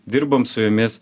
dirbom su jomis